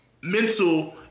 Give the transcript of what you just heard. mental